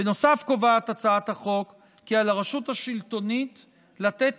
בנוסף קובעת הצעת החוק כי על הרשות השלטונית לתת